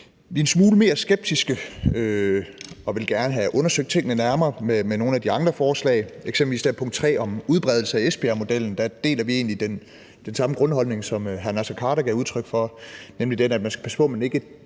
Vi er en smule mere skeptiske og vil gerne have undersøgt tingene nærmere, hvad angår nogle af de andre forslag, eksempelvis punkt 3 om udbredelse af Esbjergmodellen. Der deler vi egentlig den samme grundholdning, som hr. Naser Khader gav udtryk for, nemlig den, at man skal passe på med at